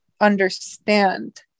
understand